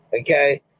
Okay